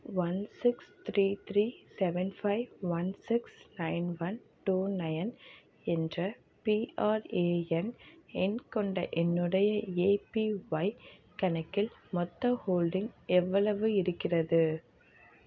one six three three seven five one six nine one two nine என்ற PRAN எண் கொண்ட என்னுடைய APY கணக்கில் மொத்த ஹோல்டிங் எவ்வளவு இருக்கிறது